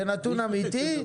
נתון אמיתי?